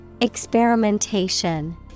Experimentation